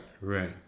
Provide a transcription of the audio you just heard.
right